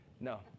No